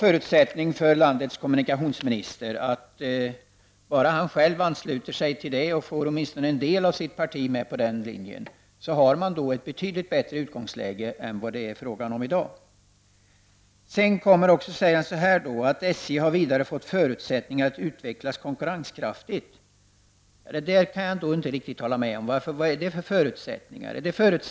Om också landets kommunikationsminister själv ansluter sig och får åtminstone en del av sitt parti med sig, får man ett betydligt bättre utgångsläge än det som vi i dag har. Kommunikationsministern säger att SJ har fått förutsättningar att utvecklas konkurrenskraftigt. Det kan jag inte riktigt hålla med om. Vad är det för förutsättningar?